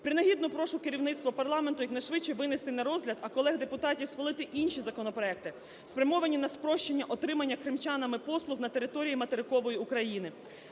Принагідно прошу керівництво парламенту якнайшвидше винести на розгляд, а колег-депутатів схвалити інші законопроекти, спрямовані на прощення отримання кримчанами послуг на території материкової України,